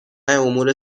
امور